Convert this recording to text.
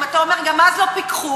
אם אתה אומר שגם אז לא פיקחו,